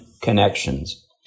connections